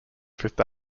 fifth